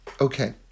Okay